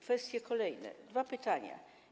Kwestie kolejne, dwa pytania.